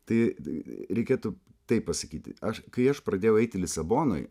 tai reikėtų taip pasakyti aš kai aš pradėjau eiti lisabonoj